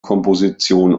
komposition